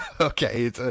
Okay